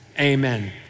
amen